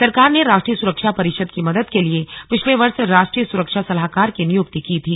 सरकार ने राष्ट्रीय सुरक्षा परिषद की मदद के लिए पिछले वर्ष राष्ट्रीय सुरक्षा सलाहकार की नियुक्ति की थी